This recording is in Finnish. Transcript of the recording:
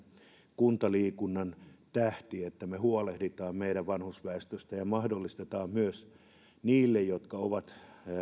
kuntaliikunnan tähti että me huolehdimme meidän vanhusväestöstä ja mahdollistamme myös niille jotka ovat